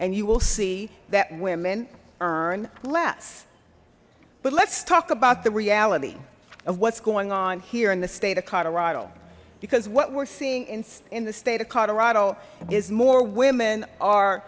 and you will see that women earn less but let's talk about the reality of what's going on here in the state of colorado because what we're seeing in the state of colorado is more women are